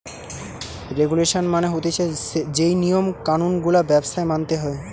regulation মানে হতিছে যেই নিয়ম কানুন গুলা ব্যবসায় মানতে হয়